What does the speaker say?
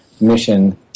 mission